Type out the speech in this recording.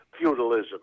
feudalism